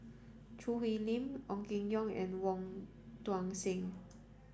Choo Hwee Lim Ong Keng Yong and Wong Tuang Seng